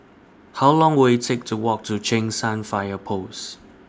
How Long Will IT Take to Walk to Cheng San Fire Post